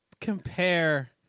compare